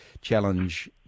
challenge